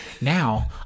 Now